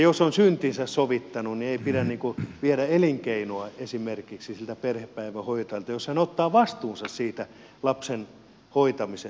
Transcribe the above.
jos on syntinsä sovittanut niin ei pidä viedä elinkeinoa esimerkiksi siltä perhepäivähoitajalta jos hän ottaa vastuunsa siitä lapsen hoitamisesta